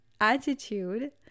attitude